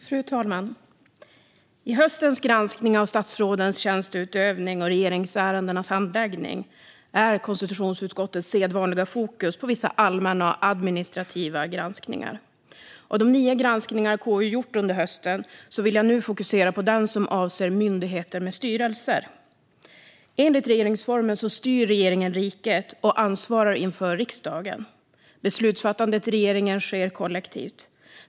Fru talman! I höstens granskning av statsrådens tjänsteutövning och regeringsärendenas handläggning är konstitutionsutskottets sedvanliga fokus inriktat på vissa allmänna och administrativa granskningar. Av de nio granskningar KU gjort under hösten vill jag nu fokusera på den som avser myndigheter med styrelser. Enligt regeringsformen styr regeringen riket och ansvarar inför riksdagen. Beslutsfattandet i regeringen sker kollektivt.